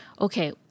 Okay